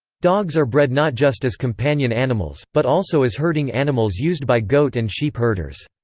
dogs are bred not just as companion animals, but also as herding animals used by goat and sheep herders.